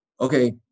Okay